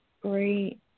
Great